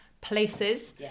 places